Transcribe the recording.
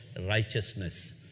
righteousness